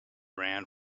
ran